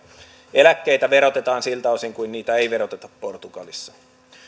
eläkkeitä verotetaan siltä osin kuin niitä ei veroteta portugalissa